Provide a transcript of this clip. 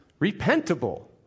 repentable